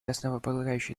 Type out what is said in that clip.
основополагающий